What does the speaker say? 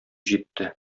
җитте